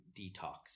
detox